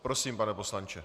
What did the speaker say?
Prosím, pane poslanče.